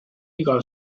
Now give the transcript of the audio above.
igal